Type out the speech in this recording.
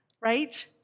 right